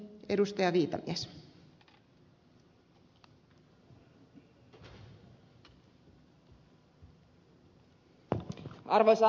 arvoisa rouva puhemies